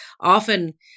Often